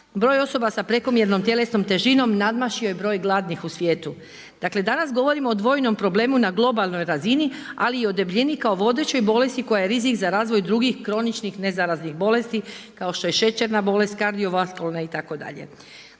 broj osoba sa prekomjernom tjelesnom težinom nadmašio je broj gladnih u svijetu. Dakle, danas govorimo o dvojnom problemu na globalnoj razini ali i o debljini kao vodećoj bolesti koja je rizik za razvoj drugih kroničnih nezaraznih bolesti kao što je šećerna bolest, kardiovaskularna itd.